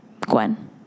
Gwen